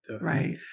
Right